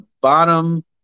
bottom